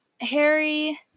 Harry